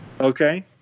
Okay